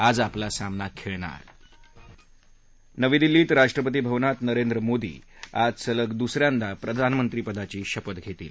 आज आपला सामना खेळणार नवी दिल्लीत राष्ट्रपती भवनात नरेंद्र मोदी आज सलग दुस यांदा प्रधानमंत्री पदाची शपथ घेतील